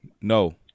No